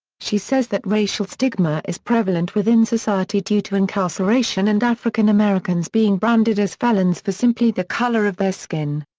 she says that racial stigma is prevalent within society due to incarceration and african americans being branded as felons for simply the color of their skin.